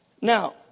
Now